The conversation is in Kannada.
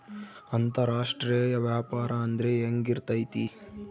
ಅಂತರಾಷ್ಟ್ರೇಯ ವ್ಯಾಪಾರ ಅಂದ್ರೆ ಹೆಂಗಿರ್ತೈತಿ?